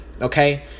okay